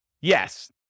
Yes